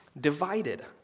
divided